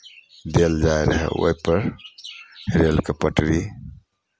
देल जाइत रहय ओहिपर रेलके पटरी